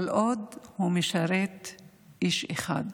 כל עוד הוא משרת איש אחד,